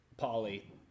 Polly